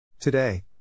Today